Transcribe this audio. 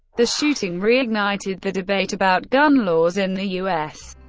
the shooting reignited the debate about gun laws in the u s.